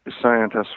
scientists